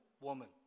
woman